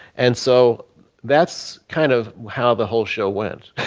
and so that's kind of how the whole show went.